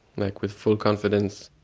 like, with full confidence.